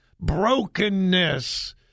Brokenness